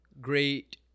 great